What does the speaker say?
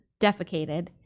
defecated